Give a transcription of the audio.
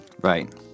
Right